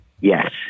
Yes